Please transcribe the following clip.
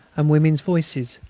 and women's voices,